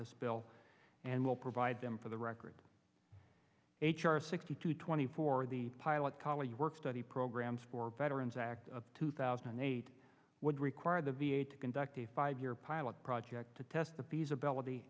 this bill and will provide them for the record h r sixty two twenty four the pilot collar work study programs for veterans act of two thousand and eight would require the v a to conduct a five year pilot project to test the feasibility